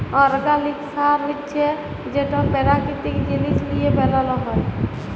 organic সার হছে যেট পেরাকিতিক জিনিস লিঁয়ে বেলাল হ্যয়